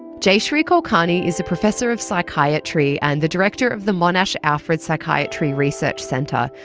jayashri kulkarni is a professor of psychiatry and the director of the monash alfred psychiatry research centre,